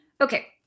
Okay